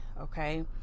Okay